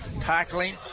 tackling